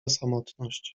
samotność